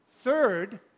Third